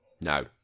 No